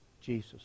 Jesus